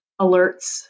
alerts